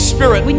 Spirit